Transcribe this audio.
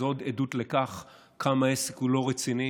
זו עוד עדות לכך כמה העסק הוא לא רציני